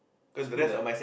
split eh